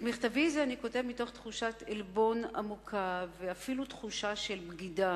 את מכתבי זה אני כותב מתוך תחושת עלבון עמוקה ואפילו תחושה של בגידה.